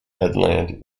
headland